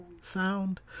sound